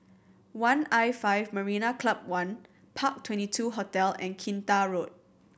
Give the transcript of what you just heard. one'l five Marina Club One Park Twenty two Hotel and Kinta Road